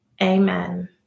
amen